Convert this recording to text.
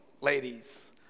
ladies